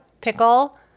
pickle